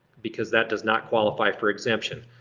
because that does not qualify for exemption.